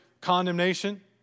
condemnation